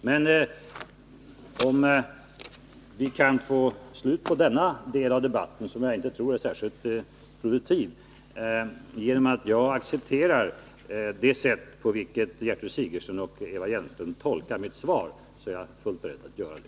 Men om vi kan få slut på denna del av debatten, som jag inte tror är särskilt konstruktiv, genom att jag accepterar det sätt på vilket Gertrud Sigurdsen och Eva Hjelmström tolkar mitt svar, så är jag fullt beredd att göra det.